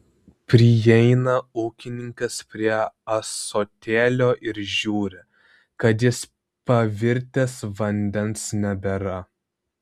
prieina ūkininkas prie ąsotėlio ir žiūri kad jis pavirtęs vandens nebėra